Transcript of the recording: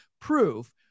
proof